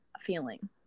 feeling